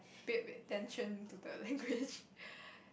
pay a bit attention to the language